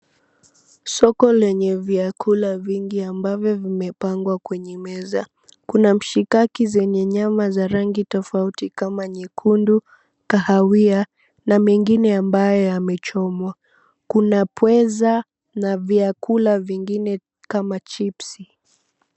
Soko lenye vyakula vingi ambavyo vimepangwa kwenye meza kuna mshikaki zenye nyama za rangi tofauti kama nyekundu, kahawia na mengine ambayo yamechomwa kuna pweza na vyakula vingine kama chips .